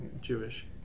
Jewish